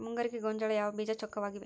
ಮುಂಗಾರಿಗೆ ಗೋಂಜಾಳ ಯಾವ ಬೇಜ ಚೊಕ್ಕವಾಗಿವೆ?